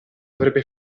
avrebbe